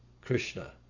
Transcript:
Krishna